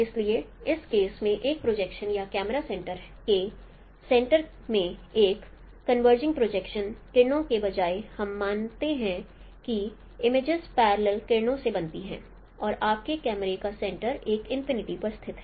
इसलिए इस केस में एक प्रोजेक्शन या कैमरा सेंटर के सेंटर में एक कन्वर्जिंग प्रोजेक्शन किरणों के बजाय हम मानते हैं कि इमेजेस पैरालल किरणों से बनती हैं और आपके कैमरे का सेंटर एक इनफिनिटी पर स्थित है